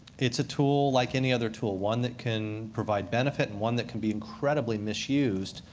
it's a tool like any other tool, one that can provide benefit and one that can be incredibly misused,